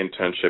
internship